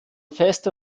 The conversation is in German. feste